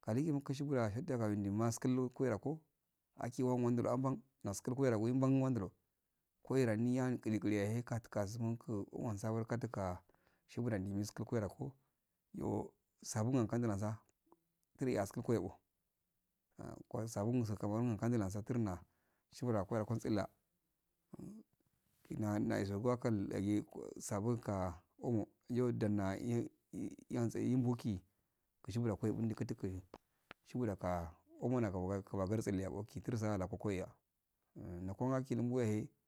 qadigen mukushi fuda shadda mawindi maskulo kwai rako akiwandilo aban nasku wara nan ban nan dudo koira nihan quli quliyahe kad kasunku whan sabo kaduka shiburan dimil musku kwaira ko yo sabun ankan dulausa tri asiubuwe o ah sabunsu cameran akad lansa furna shiburo alwalango tsila ina naisogwakal dagi sabonka omo yo danna ih iyantse ihunbuki kushifuda koi bundi katujui shifudaka omonaka kajodo tsele yako konya nakoma wakilim buwa yahe.